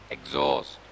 Exhaust